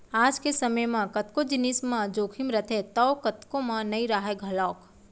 आज के समे म कतको जिनिस म जोखिम रथे तौ कतको म नइ राहय घलौक